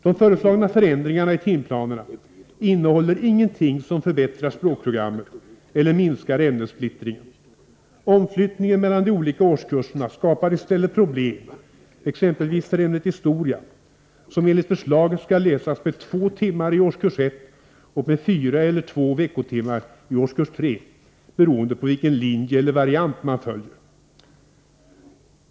De föreslagna förändringarna i timplanerna innehåller ingenting som förbättrar språkprogrammet eller minskar ämnessplittringen. Omflyttningen mellan de olika årskurserna skapar i stället problem, exempelvis för ämnet historia, som enligt förslaget skall läsas med två timmar i årskurs 1 och med fyra eller två veckotimmar i årskurs 3, beroende på vilken linje eller variant man följer.